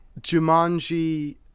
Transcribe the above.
jumanji